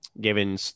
given